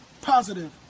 positive